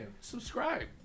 Subscribe